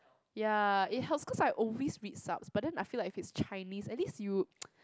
ya it helps cause I always be sucks but then I feel like if is Chinese at least you